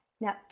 Now